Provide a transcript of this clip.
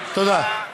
תודה.